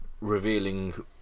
revealing